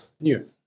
New